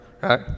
right